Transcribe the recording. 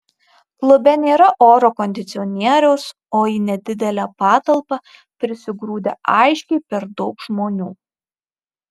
klube nėra oro kondicionieriaus o į nedidelę patalpą prisigrūdę aiškiai per daug žmonių